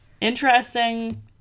Interesting